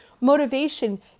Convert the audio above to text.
motivation